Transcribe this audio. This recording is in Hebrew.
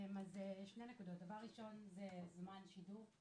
אז, שתי נקודות, דבר ראשון הוא זמן שידור.